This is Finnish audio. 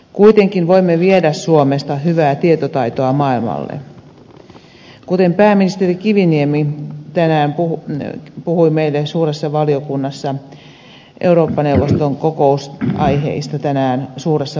kuitenkin voimme viedä suomesta hyvää tietotaitoa maailmalle kuten pääministeri kiviniemi tänään puhui meille suuressa valiokunnassa eurooppa neuvoston kokousaiheista